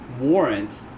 warrant